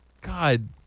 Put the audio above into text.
God